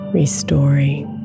restoring